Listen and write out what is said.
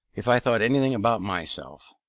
if i thought anything about myself,